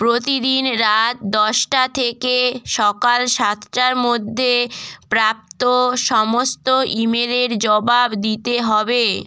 প্রতিদিন রাত দশটা থেকে সকাল সাতটার মধ্যে প্রাপ্ত সমস্ত ইমেলের জবাব দিতে হবে